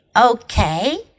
okay